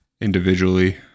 individually